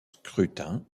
scrutin